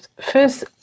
first